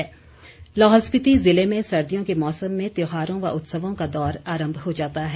हालडा मारकंडा लाहौल स्पिति जिले में सर्दियों के मौसम में त्यौहारों व उत्सवों का दौर आरम्भ हो जाता है